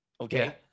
Okay